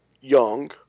young